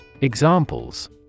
Examples